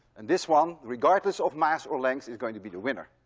and this one, regardless of mass or length, is going to be the winner.